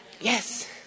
Yes